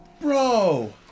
Bro